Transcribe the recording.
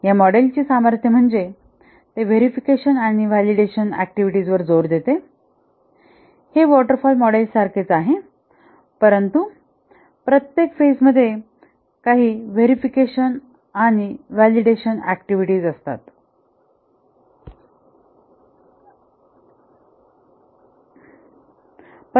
या मॉडेलची सामर्थ्य म्हणजे ते व्हेरीफिकेशन आणि validation verification and validation activities वर जोर देते हे वॉटर फॉल मॉडेलसारखेच आहे परंतु प्रत्येक फेज मध्ये काही व्हेरीफिकेशन आणि व्हॅलिडेशन ऍक्टिव्हिटीज आहेत